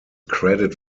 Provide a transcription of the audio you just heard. credit